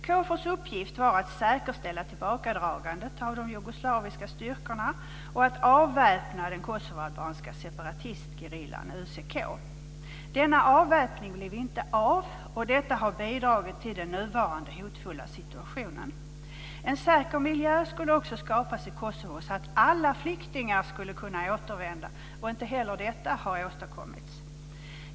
KFOR:s uppgift var att säkerställa tillbakadragandet av de jugoslaviska styrkorna och att avväpna den kosovoalbanska separatistgerillan UCK. Denna avväpning blev inte av, och detta har bidragit till den nuvarande hotfulla situationen. En säker miljö skulle också skapas i Kosovo så att alla flyktingar skulle kunna återvända. Inte heller detta har åstadkommits.